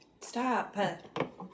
stop